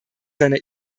seiner